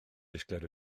disgled